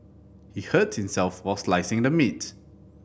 he hurt himself while slicing the meat